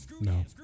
No